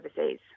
overseas